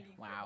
Wow